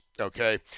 Okay